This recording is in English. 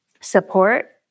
support